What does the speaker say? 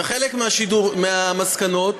וחלק מהמסקנות